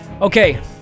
Okay